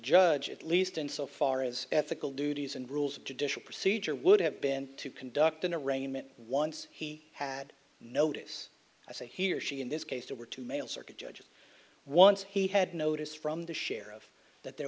judge at least in so far as ethical duties and rules of judicial procedure would have been to conduct an arraignment once he had notice i say he or she in this case there were two male circuit judges once he had notice from the sheriff that there